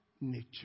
nature